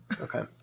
okay